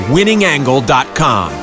WinningAngle.com